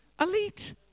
elite